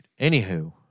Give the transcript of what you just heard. Anywho